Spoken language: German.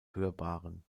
hörbaren